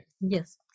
Yes